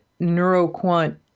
neuroquant